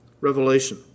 Revelation